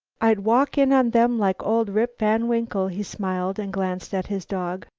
i'd walk in on them like old rip van winkle. he smiled and glanced at his dog.